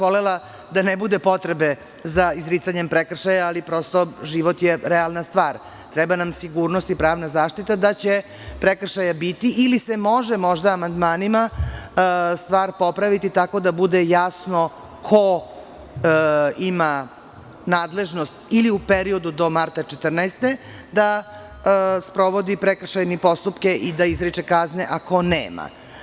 Volela bih da ne bude potrebe za izricanjem prekršaja, ali život je realna stvar, treba nam sigurnost i pravna zaštita, da će prekršaja biti ili se, možda, može amandmanima popraviti stvar tako da bude jasno ko ima nadležnost, ili u periodu do marta 2014. godine da sprovodi prekršajne postupke i da izriče kazne ako nema.